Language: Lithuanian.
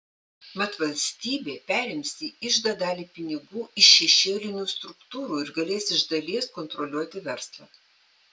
mat valstybė perims į iždą dalį pinigų iš šešėlinių struktūrų ir galės iš dalies kontroliuoti verslą